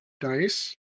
dice